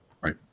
Right